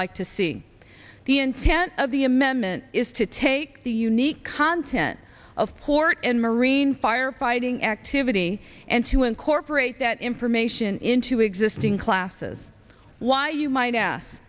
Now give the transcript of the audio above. like to see the intent of the amendment is to take the unique content of port and marine firefighting activity and to incorporate that information into existing classes why you might